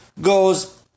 goes